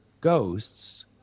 ghosts